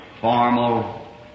formal